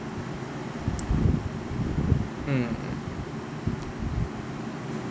mm